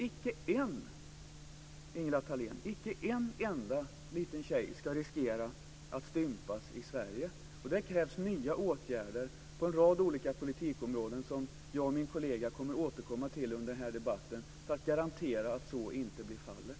Icke en enda liten tjej ska riskera att stympas i Sverige, Ingela Thalén. Det krävs nya åtgärder på en rad olika politikområden som jag och min kollega kommer att återkomma till under den här debatten för att garantera att så inte blir fallet.